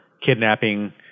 kidnapping